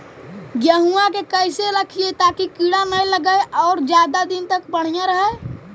गेहुआ के कैसे रखिये ताकी कीड़ा न लगै और ज्यादा दिन तक बढ़िया रहै?